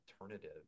alternative